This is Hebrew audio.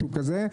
משהו כזה,